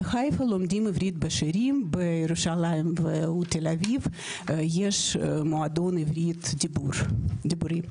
בחיפה לומדים בירושלים ובתל אביב יש מועדון עברית מדוברת.